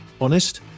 honest